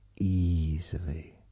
easily